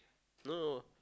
no no no